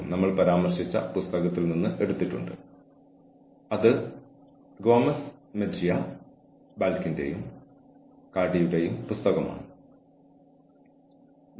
നിങ്ങൾ ആദ്യം ചെയ്യേണ്ടത് ജീവനക്കാരന്റെ പെരുമാറ്റം അവളുടെ അല്ലെങ്കിൽ അവന്റെ സ്വന്തം ജോലിയെ അല്ലെങ്കിൽ ജോലിസ്ഥലത്ത് മറ്റാരുടെയെങ്കിലും ജോലിയെ തടസ്സപ്പെടുത്തുന്നുണ്ടോ എന്ന് കണ്ടെത്തുക എന്നതാണ്